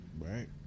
Right